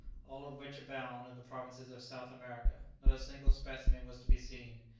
all of which abound in the provinces of south america, not a single specimen was to be seen.